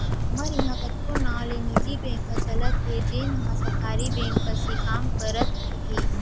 हमर इहॉं कतको नांव ले निजी बेंक ह चलत हे जेन हर सरकारी बेंक कस ही काम करत हे